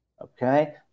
Okay